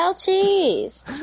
cheese